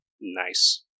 Nice